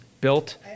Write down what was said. Built